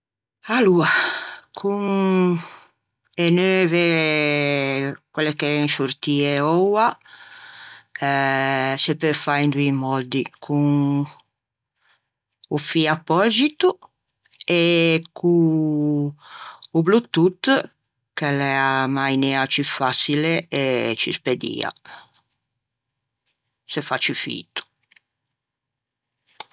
Aloa con e neuve quelle che en sciòrtie oua se peu fâ in doî mòddi: co-o fî appòxito e co-o bluetooth ch'a l'é a mainea ciù façile e ciù spedia. Se fa ciù fito.